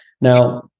Now